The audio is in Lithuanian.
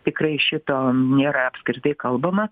tikrai šito nėra apskritai kalbama